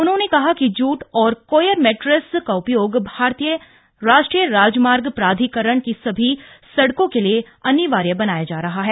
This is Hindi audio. उन्होंने कहा कि जूट और कोयर मैर्टेस का उपयोग भारतीय राष्ट्रीय राजमार्ग प्राधिकरण की सभी सड़कों के लिए अनिवार्य बनाया जा रहा है